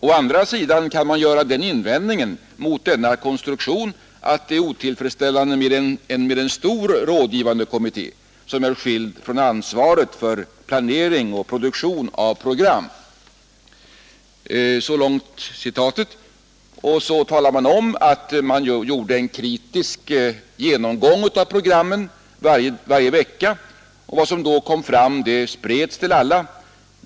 Å andra sidan kan man göra den invändningen mot denna konstruktion att det är otillfredsställande med en stor rådgivande kommitté som är skild från ansvaret för planering och produktion av program.” I yttrandet står vidare att en kritisk genomgång av programmen sker varje vecka. Vad som då kommer fram sprids till alla.